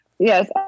Yes